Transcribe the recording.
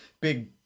big